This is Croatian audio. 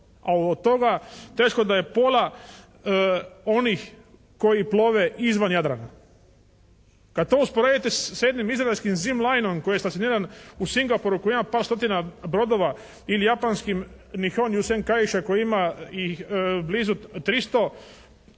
a od toga teško da je pola onih koji plove izvan Jadrana. Kad to usporedite s jednim izraelskim "ZIM LINE-om" koji je stacioniran u Singapuru, koji ima par stotina brodova ili japanskim … /Govornik se ne razumije./ … koji ima i blizu 300